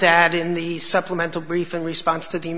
that in the supplemental brief in response to the